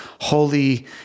holy